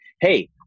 hey